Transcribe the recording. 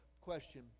question